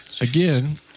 again